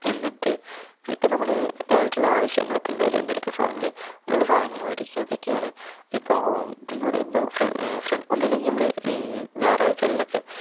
എന്നിട്ട് ഇപ്പം നമ്മൾ ഇത് ആയിട്ടുള്ള ആവശ്യങ്ങൾ ഒക്കെ ഉണ്ടാലില്ലേ എന്തെങ്കിലുമൊക്കെ സാധനങ്ങൾ അങ്ങനെയുള്ള സാധനങ്ങൾ മേടിക്കുക ഇതൊക്കെയാണ് ഇപ്പം ഇതെന്ന് പറയുമ്പോൾ ഫ്രണ്ട്സ് ഒന്നല്ലെങ്കിൽ നമ്മൾ ഈ ഞായറാഴ്ചകളിലൊക്കെ